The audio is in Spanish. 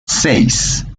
seis